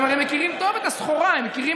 אני מכיר אותך, יאיר,